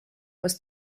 was